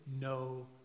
no